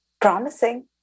promising